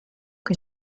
che